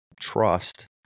trust